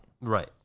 right